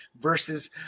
versus